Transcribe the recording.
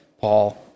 Paul